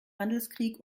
handelskrieg